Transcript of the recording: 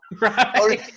right